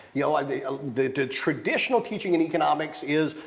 you know and the traditional teaching in economics is,